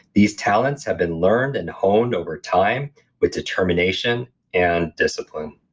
these talents have been learned and honed over time with determination and discipline.